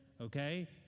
okay